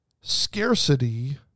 scarcity